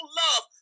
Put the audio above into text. love